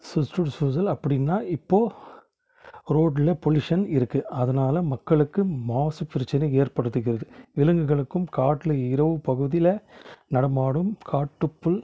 சுற்றுசூழல் அப்படின்னா இப்போ ரோட்டில பொல்யூஷன் இருக்கு அதனால் மக்களுக்கு மாசு பிரச்சனை ஏற்படுத்துகிறது விலங்குகளுக்கும் காட்டில் இரவு பகுதியில் நடமாடும் காட்டுப்புல்